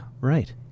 Right